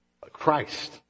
Christ